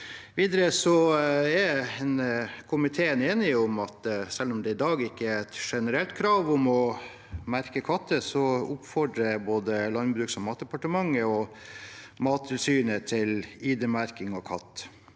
viser hele komiteen til at selv om det i dag ikke er et generelt krav om å merke katter, oppfordrer både Landbruks- og matdepartementet og Mattilsynet til ID-merking av katt.